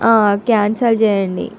cancel చేయండి